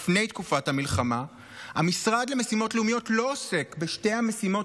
לפני תקופת המלחמה, לא עוסק בשתי המשימות